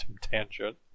tangent